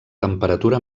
temperatura